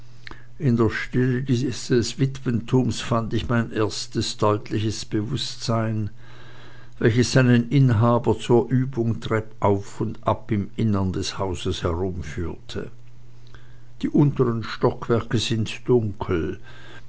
in der stille dieses witwentumes fand ich mein erstes deutliches bewußtsein welches seinen inhaber zur übung treppauf und ab im innern des hauses umherführte die untern stockwerke sind dunkel